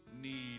need